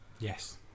Yes